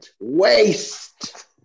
waste